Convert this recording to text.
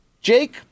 Jake